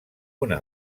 una